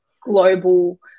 global